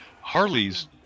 Harley's